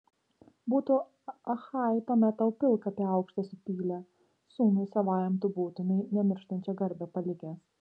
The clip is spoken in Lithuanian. būtų achajai tuomet tau pilkapį aukštą supylę sūnui savajam tu būtumei nemirštančią garbę palikęs